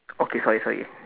okay sorry sorry